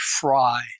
fry